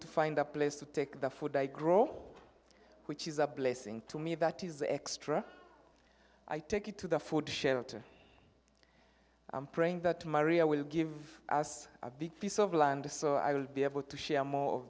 to find a place to take the food i grow which is a blessing to me that is extra i take it to the food shelter praying that maria will give us a big piece of land so i will be able to share more